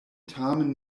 tamen